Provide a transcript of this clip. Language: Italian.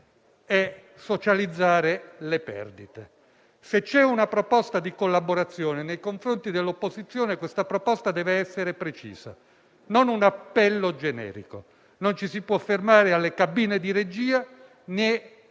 e socializzare le perdite. Se c'è una proposta di collaborazione nei confronti dell'opposizione deve essere precisa e non un appello generico. Non ci si può fermare alle cabine di regia, né ai